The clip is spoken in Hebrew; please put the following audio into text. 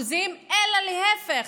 אלא להפך,